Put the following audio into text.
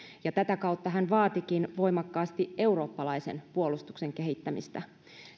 tätä kautta hän vaatikin voimakkaasti eurooppalaisen puolustuksen kehittämistä